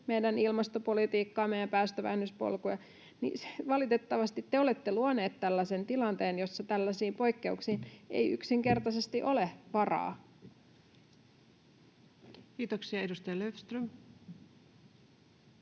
meidän ilmastopolitiikkaamme ja päästövähennyspolkua, niin valitettavasti te olette luoneet tällaisen tilanteen, jossa tällaisiin poikkeuksiin ei yksinkertaisesti ole varaa. [Speech 332]